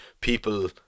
people